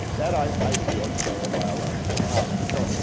that, i see as a neurobiological problem. so,